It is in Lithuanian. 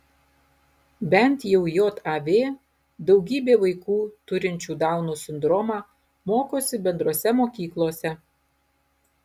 bent jau jav daugybė vaikų turinčių dauno sindromą mokosi bendrose mokyklose